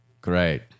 Great